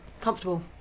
comfortable